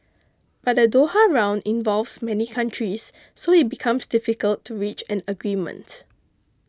but the Doha Round involves many countries so it becomes difficult to reach an agreement